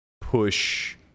push